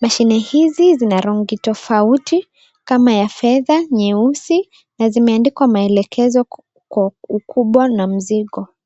mashine hizi zinarangi tofauti kama ya fedha nyeusi na zimeandikwa maelekezo kwa ukubwa na mzigo.